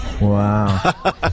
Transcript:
Wow